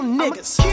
niggas